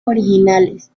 originales